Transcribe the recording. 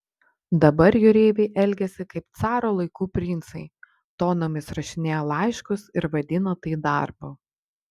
dabar jūreiviai elgiasi kaip caro laikų princai tonomis rašinėja laiškus ir vadina tai darbu